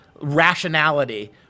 rationality